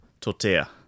tortilla